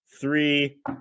three